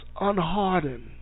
unhardened